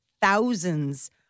Thousands